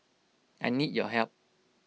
I need your help